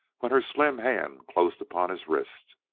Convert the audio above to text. when her slim hand closed upon his wrist.